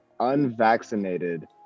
unvaccinated